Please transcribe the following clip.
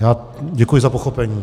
Já děkuji za pochopení.